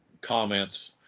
comments